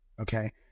Okay